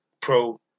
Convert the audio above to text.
Pro